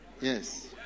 Yes